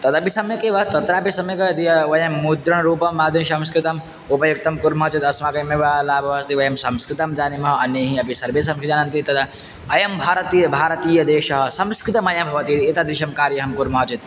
तदपि सम्यक् एव तत्रापि सम्यक् धिया वयं मुद्रणरूपं मादृसंस्कृतम् उपयोक्तुं कुर्मः चेत् अस्माकमेव लाभः अस्ति वयं संस्कृतं जानीमः अन्ये अपि सर्वे संस्कृतं जानन्ति तदा अयं भारतीयः भारतदेशः संस्कृतमयं भवति एतादृशं कार्यं कुर्मः चेत्